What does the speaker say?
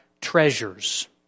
treasures